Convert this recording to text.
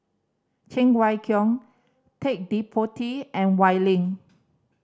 Cheng Wai Keung Ted De Ponti and Wee Lin